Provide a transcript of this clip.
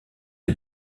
est